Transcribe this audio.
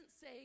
say